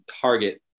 target